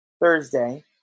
Thursday